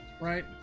right